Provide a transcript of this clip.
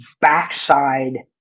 backside